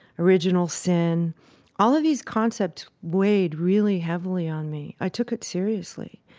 original sin all of these concepts weighed really heavily on me. i took it seriously.